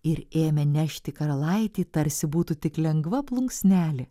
ir ėmė nešti karalaitį tarsi būtų tik lengva plunksnelė